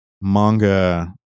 manga